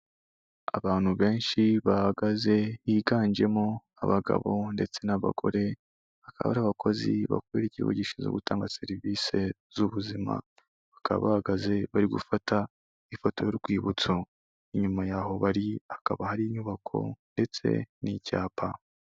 Abantu benshi bahagaze higanjemo abagabo ndetse n'abagore, akaba ari abakozi bakorera ikigo gishinzwe gutanga serivise z'ubuzima, bakaba bahagaze bari gufata ifoto y'urwibutso, inyuma yaho bari hakaba hari inyubako ndetse n'icyapa.